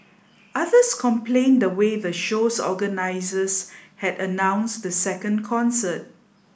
others complained the way the show's organisers had announced the second concert